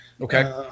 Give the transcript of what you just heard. Okay